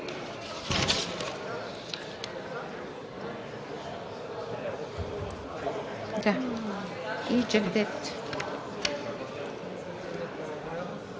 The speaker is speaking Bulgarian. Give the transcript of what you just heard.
единствено